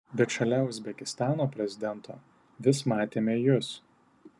bet šalia uzbekistano prezidento vis matėme jus